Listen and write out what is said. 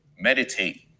meditate